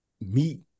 meet